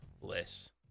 Bliss